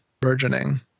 burgeoning